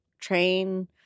train